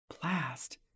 Blast